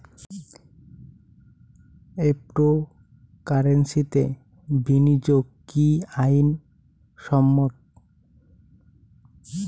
ক্রিপ্টোকারেন্সিতে বিনিয়োগ কি আইন সম্মত?